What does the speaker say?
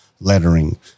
lettering